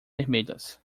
vermelhas